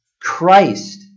Christ